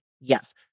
Yes